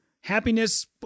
Happiness